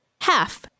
half